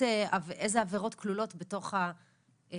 איזה עבירות כלולות בתוך ההגדרה.